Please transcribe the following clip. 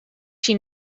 she